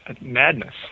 Madness